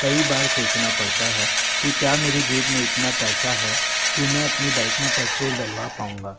कई बार सोचना पड़ता है कि क्या मेरे जेब में इतना पैसा है कि मैं अपनी बाइक में पेट्रोल डलवा पाऊँगा